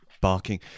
barking